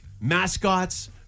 mascots